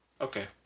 Okay